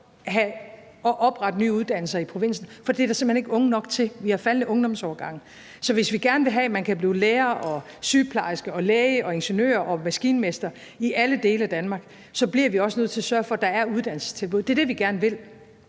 kan oprette nye uddannelser i provinsen, for det er der simpelt hen ikke unge nok til. Vi har faldende ungdomsårgange. Så hvis vi gerne vil have, at man kan blive lærer og sygeplejerske og læge og ingeniør og maskinmester i alle dele af Danmark, bliver vi også nødt til at sørge for, at der er uddannelsestilbud. Det er det, vi gerne vil.